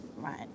right